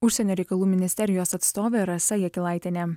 užsienio reikalų ministerijos atstovė rasa jakilaitienė